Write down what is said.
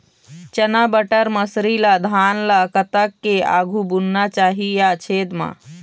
चना बटर मसरी ला धान ला कतक के आघु बुनना चाही या छेद मां?